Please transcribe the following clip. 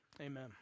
Amen